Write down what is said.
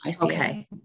Okay